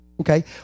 Okay